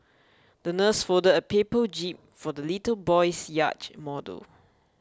the nurse folded a paper jib for the little boy's yacht model